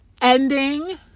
ending